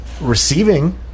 receiving